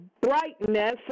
brightness